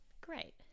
great